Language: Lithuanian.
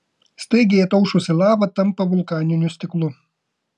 staigiai ataušusi lava tampa vulkaniniu stiklu